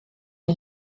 die